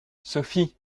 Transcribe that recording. sophie